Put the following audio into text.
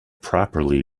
properly